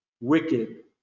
wicked